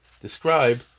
describe